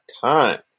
time